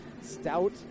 Stout